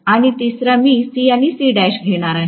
आणि तिसरा मी C आणि Cl घेणार आहे